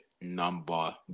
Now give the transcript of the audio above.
number